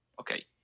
Okay